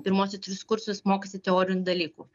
pirmuosius tris kursus mokosi teorinių dalykų